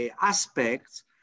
aspects